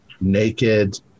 naked